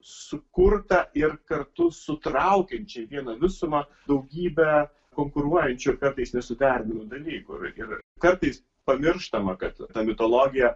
sukurtą ir kartu sutraukiančią į vieną visumą daugybę konkuruojančių kartais nesuderinamų dalykų ir kartais pamirštama kad ta mitologija